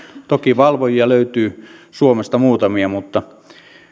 toki valvojia löytyy suomesta muutamia mutta